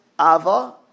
ava